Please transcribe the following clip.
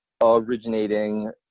originating